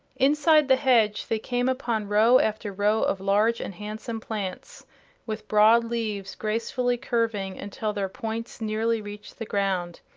inside the hedge they came upon row after row of large and handsome plants with broad leaves gracefully curving until their points nearly reached the ground.